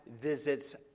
visits